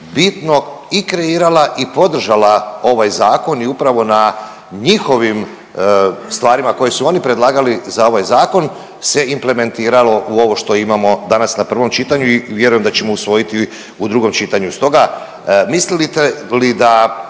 bitno i kreirala i podržala ovaj zakon i upravo na njihovim stvarima koje su one predlagali za ovaj zakon se implementiralo u ovo što imamo danas na prvom čitanju i vjerujem da ćemo usvojiti u drugom čitanju. Stoga mislite li da